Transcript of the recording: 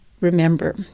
remember